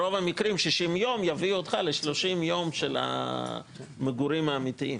ברוב המקרים 60 יום יביא אותך ל-30 יום של המגורים האמיתיים.